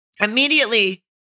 immediately